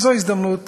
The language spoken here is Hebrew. וזו הזדמנות